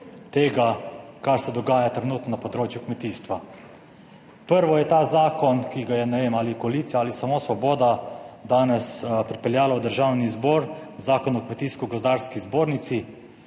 tega, kar se dogaja trenutno na področju kmetijstva. Prvo je ta zakon, ki ga je, ne vem, ali koalicija ali samo Svoboda danes pripeljala v Državni zbor, Zakon o Kmetijsko-gozdarski zbornici.